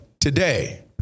today